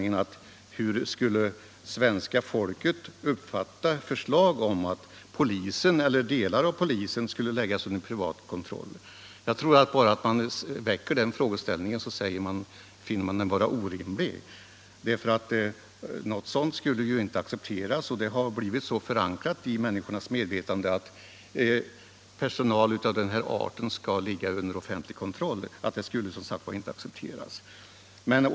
Hur skulle svenska folket uppfatta förslag om att polisen eller delar av polisen skulle ställas under privat kontroll? Jag tror att alla finner den frågeställningen vara helt orimlig. Något sådant skulle inte accepteras, för det har blivit förankrat i människornas medvetande att personal av den arten skall stå under samhällets kontroll.